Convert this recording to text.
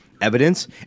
evidence